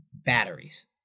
Batteries